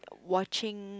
watching